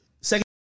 Second